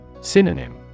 Synonym